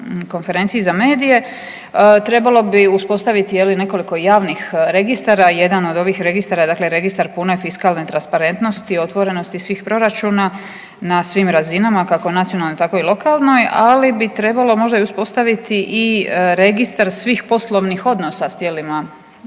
konferenciji za medije, trebalo bi uspostaviti nekoliko javnih registara. Jedan od ovih registara, dakle registar pune fiskalne transparentnosti, otvorenosti svih proračuna na svim razinama kako nacionalnoj tako i lokalnoj, ali bi trebalo možda uspostaviti i registar svih poslovnih odnosa s tijelima